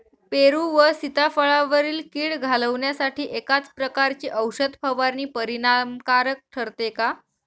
पेरू व सीताफळावरील कीड घालवण्यासाठी एकाच प्रकारची औषध फवारणी परिणामकारक ठरते का?